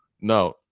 no